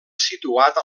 situada